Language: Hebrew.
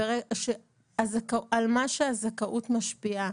על מה שהזכאות משפיעה,